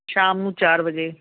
ਸ਼ਾਮ ਨੂੰ ਚਾਰ ਵਜੇ